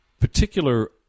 particular